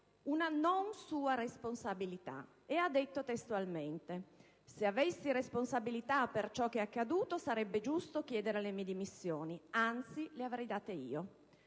una non sua responsabilità e ha detto testualmente: «Se avessi responsabilità per ciò che è accaduto sarebbe giusto chiedere le mie dimissioni, anzi le avrei date io».